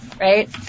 right